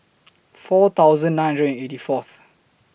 four thousand nine hundred and eighty Fourth